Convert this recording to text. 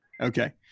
Okay